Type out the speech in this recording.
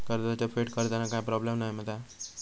कर्जाची फेड करताना काय प्रोब्लेम नाय मा जा?